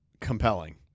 compelling